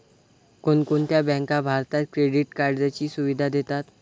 कोणकोणत्या बँका भारतात क्रेडिट कार्डची सुविधा देतात?